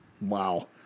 Wow